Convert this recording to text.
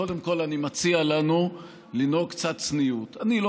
קודם כול, אני מציע לנו לנהוג קצת צניעות.